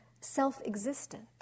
self-existent